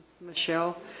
Michelle